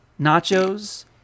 nachos